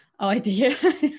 idea